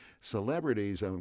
celebrities